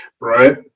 Right